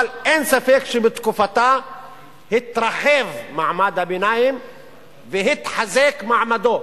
אבל אין ספק שבתקופתה התרחב מעמד הביניים והתחזק מעמדו.